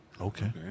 Okay